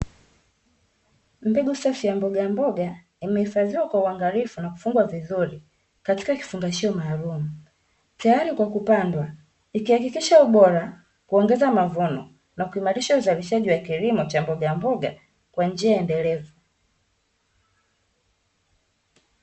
Mbegu safi ya mbogamboga imehifadhiwa kwa uangalifu na kufungwa vizuri katika kifungashio maalumu. Tayari kwa kupandwa, ikihakikisha ubora, kuongeza mavuno na kuimarisha uzalishaji wa kilimo cha mbogamboga kwa njia endelevu.